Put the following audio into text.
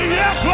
yes